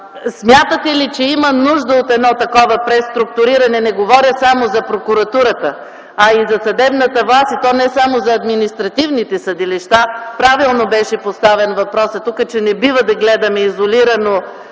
Смятате ли, че има нужда от едно такова преструктуриране? Не говоря само за Прокуратурата, а и за съдебната власт и то не само за административните съдилища. Правилно беше поставен въпросът тук, че не бива да гледаме изолирано